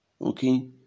Okay